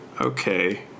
Okay